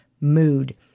mood